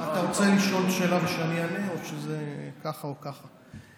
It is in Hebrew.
אתה רוצה לשאול שאלה ושאני אענה או שזה ככה או ככה?